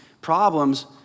problems